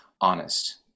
honest